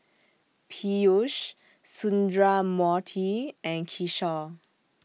Peyush Sundramoorthy and Kishore